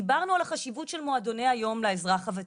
דיברנו על החשיבות של מועדוני היום לאזרח הוותיק.